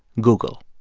google.